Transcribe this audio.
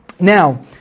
Now